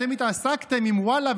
אתם התעסקתם עם וואלה,